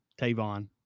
Tavon